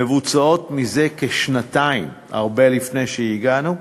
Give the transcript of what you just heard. מבוצעות מזה כשנתיים, הרבה לפני שהגענו,